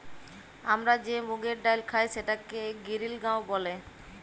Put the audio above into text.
আমরা যে মুগের ডাইল খাই সেটাকে গিরিল গাঁও ব্যলে